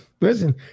Listen